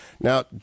Now